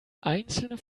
einzelne